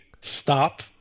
stop